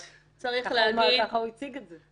ככה הוא הציג את זה.